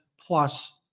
plus